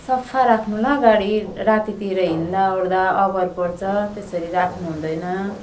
सफा राख्नु ल गाडी रातितिर हिँड्दाओर्दा अभर पर्छ त्यसरी राख्नुहुँदैन